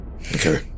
Okay